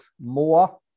more